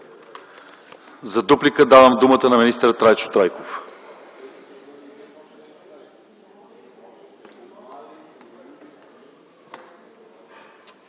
За дуплика давам думата на министър Трайчо Трайков.